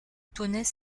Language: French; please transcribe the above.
tonnait